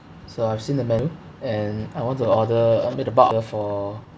so I've seen the menu and I want to order I mean the bulk order for